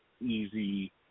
easy